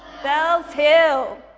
spells hill.